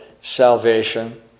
salvation